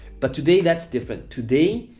but today that's different. today,